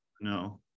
No